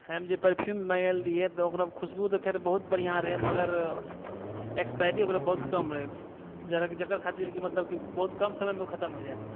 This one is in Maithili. हम जे परफ्यूम मँगाइल रहिए ओकरामे खुशबू तऽ खैर बहुत बढ़िआँ रहै मगर एक्सपायरी ओकर बहुत कम रहै जकर खातिर कि मतलब कि बहुत कम समयमे ओ खतम हो जाइ रहै